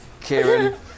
Kieran